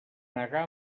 negar